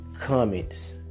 comments